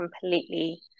completely